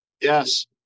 Yes